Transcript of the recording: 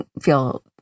feel